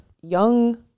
young